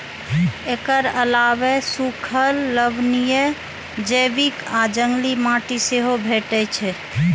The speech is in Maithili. एकर अलावे सूखल, लवणीय, जैविक आ जंगली माटि सेहो भेटै छै